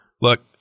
Look